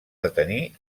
detenir